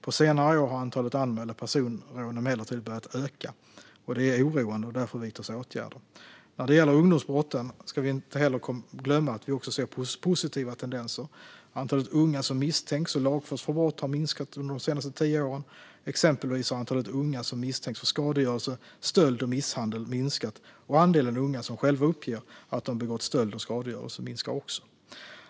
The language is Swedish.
På senare år har antalet anmälda personrån emellertid börjat öka. Det är oroande, och därför vidtas åtgärder. När det gäller ungdomsbrotten ska vi inte glömma att vi också ser positiva tendenser. Antalet unga som misstänks och lagförs för brott har minskat under de senaste tio åren. Exempelvis har antalet unga som misstänks för skadegörelse, stöld och misshandel minskat, och andelen unga som själva uppger att de begått stöld och skadegörelse minskar också.